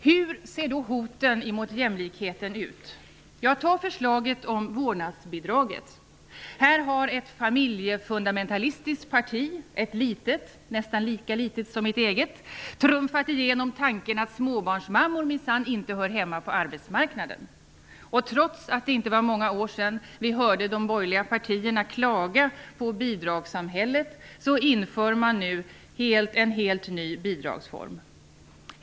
Hur ser då hoten mot jämlikheten ut? Man kan ta förslaget om vårdnadsbidraget som exempel. Ett familjefundamentalistiskt litet parti, nästan lika litet som mitt eget, har trumfat igenom tanken att småbarnsmammor minsann inte hör hemma på arbetsmarknaden. Trots att det inte var många år sedan vi hörde de borgerliga partierna klaga på bidragssamhället införs nu en helt ny bidragsform.